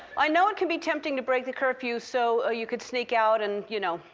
i know it can be tempting to break the curfew so ah you could sneak out and, you know,